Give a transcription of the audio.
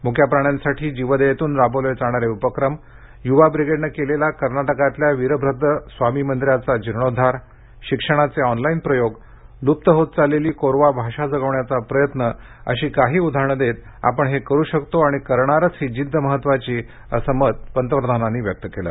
मुक्याप्राण्यांसाठी जीवदयेतून राबवले जाणारे उपक्रम युवा ब्रिगेडनं केलेला कर्नाटकातल्या वीरभद्रस्वामी मंदिराचा जीर्णोद्धार शिक्षणाचे ऑनलाईन प्रयोग लुप्त होत चाललेली कोरवा भाषा जगवण्याचा प्रयत्न अशी काही उदाहरणं देत आपण हे करू शकतो आणि करणारच ही जिद्द महत्वाची असं मत पंतप्रधानांनी व्यक्त केलं